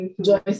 Joyce